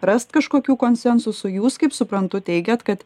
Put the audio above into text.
rast kažkokių konsensusų jūs kaip suprantu teigiat kad